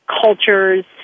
cultures